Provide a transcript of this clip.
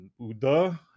Uda